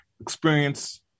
experience